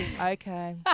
Okay